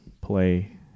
play